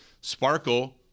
sparkle